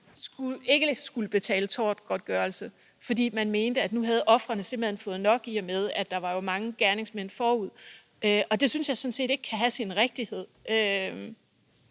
ikke skulle betale tortgodtgørelse, fordi man mente, at ofrene simpelt hen havde fået nok, i og med at der var mange gerningsmænd før dem? Det synes jeg sådan set ikke kan have sin rigtighed.